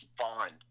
fond